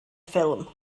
ffilm